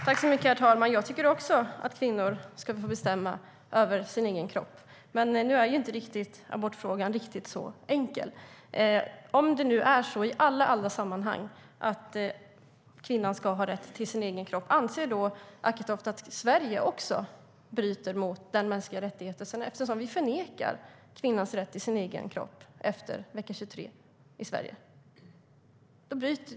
Herr talman! Också jag tycker att kvinnor ska få bestämma över sin egen kropp. Men nu är inte abortfrågan riktigt så enkel. Om det är så att kvinnan i alla sammanhang ska ha rätt till sin kropp, anser då Acketoft att också Sverige bryter mot mänskliga rättigheter eftersom vi i Sverige förnekar kvinnan rätt till sin egen kropp efter vecka 23?